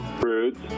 fruits